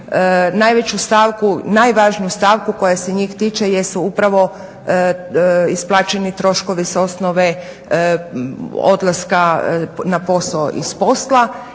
najveću stavku, najvažniju stavku koja se njih tiče jesu upravo isplaćeni troškovi s osnove odlaska na posao i s posla